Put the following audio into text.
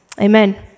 Amen